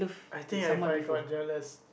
I think I've I got jealous